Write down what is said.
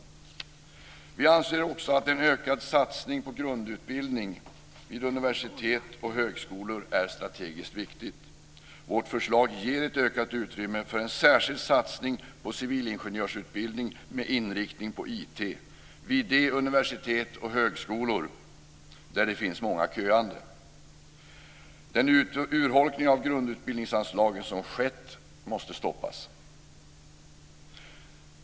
Vi anser också att en ökad satsning på grundutbildning vid universitet och högskolor är strategiskt viktig. Vårt förslag ger ett ökat utrymme för en särskild satsning på civilingenjörsutbildning med inriktning på IT vid de universitet och högskolor som har många köande. Den urholkning av grundutbildningsanslaget som skett måste stoppas.